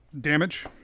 damage